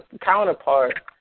counterpart